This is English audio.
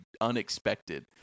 unexpected